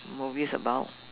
movie's about